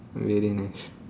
very nice